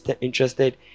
interested